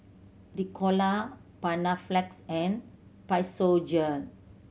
Ricola Panaflex and Physiogel